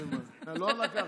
לא לקחתי.